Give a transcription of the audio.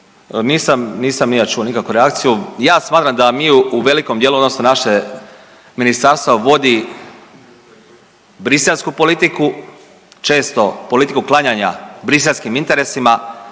nisam ni ja čuo nikakvu reakciju. Ja smatram da mi u velikom dijelu odnosno naše ministarstvo vodi briselsku politiku, često politiku klanjanja briselskim interesima,